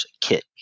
kit